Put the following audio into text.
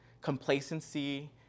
complacency